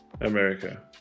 america